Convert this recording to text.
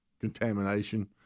contamination